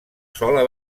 sola